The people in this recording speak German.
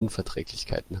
unverträglichkeiten